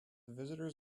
visitors